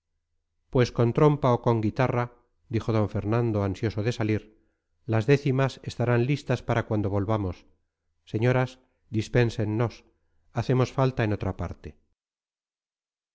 pues con trompa o con guitarra dijo fernando ansioso de salir las décimas estarán listas para cuando volvamos señoras dispénsennos hacemos falta en otra parte